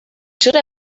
should